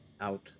out